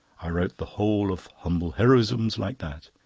i wrote the whole of humble heroisms like that.